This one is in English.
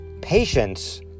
patience